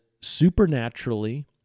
supernaturally